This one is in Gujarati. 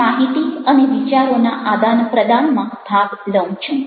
હું માહિતી અને વિચારોના આદાન પ્રદાનમાં ભાગ લઉં છું